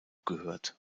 gehört